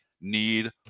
need